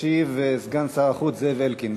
ישיב סגן שר החוץ זאב אלקין.